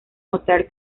mostrar